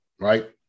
right